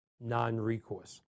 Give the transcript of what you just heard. non-recourse